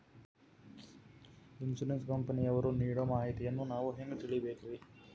Insurance ಕಂಪನಿಯವರು ನೀಡೋ ಮಾಹಿತಿಯನ್ನು ನಾವು ಹೆಂಗಾ ತಿಳಿಬೇಕ್ರಿ?